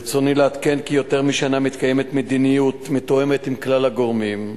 ברצוני לעדכן כי יותר משנה מתקיימת מדיניות מתואמת עם כלל הגורמים,